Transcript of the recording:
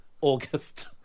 August